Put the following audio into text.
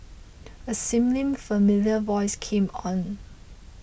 a seemingly familiar voice came on